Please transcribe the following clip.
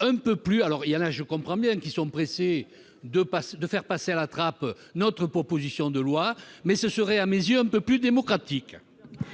un peu plus, alors il y a là je comprends bien qu'ils sont pressés de passer de faire passer rattrape notre proposition de loi mais ce serait à mes yeux un peu plus démocratique.